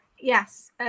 yes